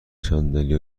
صندلی